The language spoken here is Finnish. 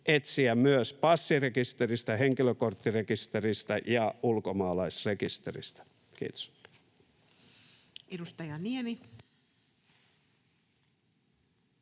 etsiä passirekisteristä, henkilökorttirekisteristä ja ulkomaalaisrekisteristä. [Speech 144] Speaker: